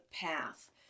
path